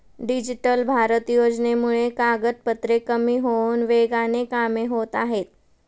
digital Bharat योजनेमुळे कागदपत्रे कमी होऊन वेगाने कामे होत आहेत